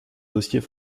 dossier